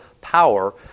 power